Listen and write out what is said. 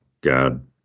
God